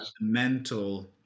mental